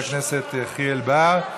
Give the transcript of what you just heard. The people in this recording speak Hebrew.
תודה רבה, חבר הכנסת יחיאל בר.